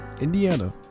Indiana